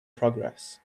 progress